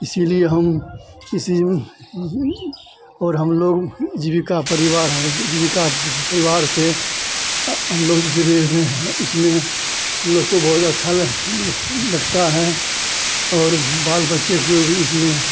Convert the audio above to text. इसलिए हम इसी किसी और हम लोग जीविका परिवार है जीविका परिवार से हम लोग जुड़े हुए हैं इसमें हम लोगों को बहुत अच्छा लगता है और बाल बच्चे को भी इसमें